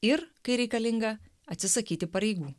ir kai reikalinga atsisakyti pareigų